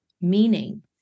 Meaning